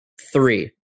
Three